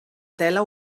tela